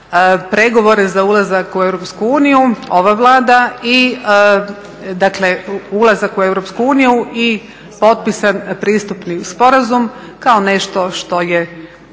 pregovore za ulazak u EU, ova Vlada i dakle, ulazak u EU i potpisan pristupni sporazum kao nešto što je